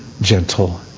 gentle